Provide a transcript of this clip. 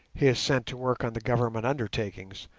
he is sent to work on the government undertakings,